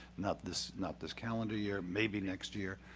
not this not this calendar year, maybe next year,